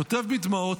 כותב בדמעות,